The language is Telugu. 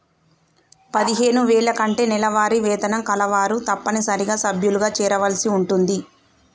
పదిహేను వేల కంటే నెలవారీ వేతనం కలవారు తప్పనిసరిగా సభ్యులుగా చేరవలసి ఉంటుంది